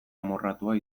amorratua